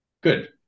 Good